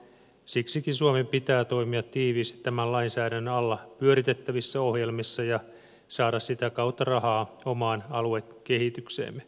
siksikin suomen pitää toimia tiiviisti tämän lainsäädännön alla pyöritettävissä ohjelmissa ja saada sitä kautta rahaa omaan aluekehitykseensä